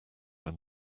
when